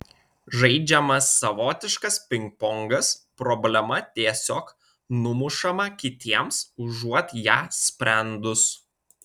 žaidžiamas savotiškas pingpongas problema tiesiog numušama kitiems užuot ją sprendus